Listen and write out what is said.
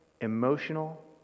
emotional